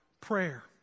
prayer